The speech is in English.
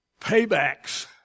paybacks